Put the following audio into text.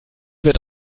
wird